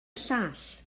llall